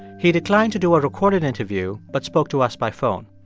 he declined to do a recorded interview, but spoke to us by phone.